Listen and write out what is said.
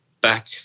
back